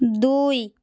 দুই